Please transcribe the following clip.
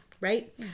Right